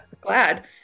glad